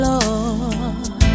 Lord